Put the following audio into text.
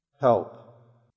help